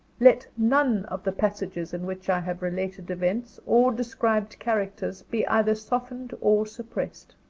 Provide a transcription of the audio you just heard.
let none of the passages in which i have related events, or described characters, be either softened or suppressed.